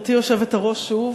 גברתי היושבת-ראש, שוב,